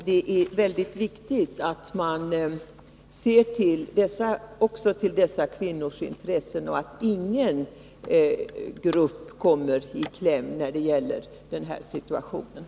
Det är mycket viktigt att man ser också till dessa kvinnors intressen och att ingen grupp kommer i kläm i detta sammanhang.